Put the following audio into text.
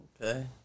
Okay